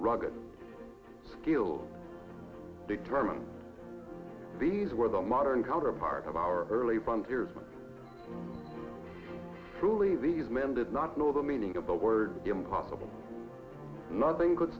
rugged skilled determined these were the modern counterpart of our early buns yours truly these men did not know the meaning of the word impossible nothing could